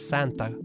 Santa